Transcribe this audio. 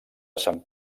sant